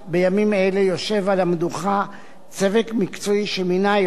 בימים אלה יושב על המדוכה צוות מקצועי שמינה היועץ